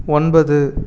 ஒன்பது